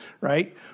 right